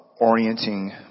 orienting